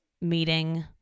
meeting